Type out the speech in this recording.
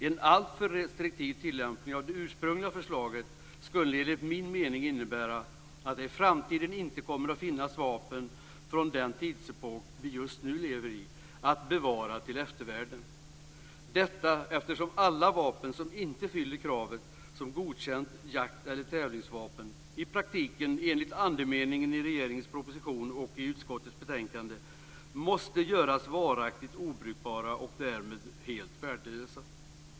En alltför restriktiv tillämpning av det ursprungliga förslaget skulle enligt min mening innebära att det i framtiden inte kommer att finnas vapen från den tidsepok som vi just nu lever i att bevara till eftervärlden. Alla vapen som inte fyller kravet som godkänt jakt eller tävlingsvapen måste ju i praktiken, enligt andemeningen i regeringens proposition och i utskottets betänkande, göras varaktigt obrukbara och därmed helt värdelösa.